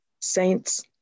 Saints